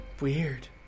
weird